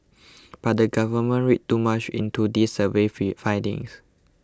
but the government read too much into these survey findings